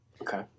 Okay